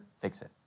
Fix-It